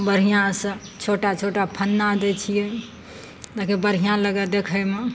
बढ़िआँसँ छोटा छोटा फन्दा दै छियै ताकि बढ़िआँ लगय देखयमे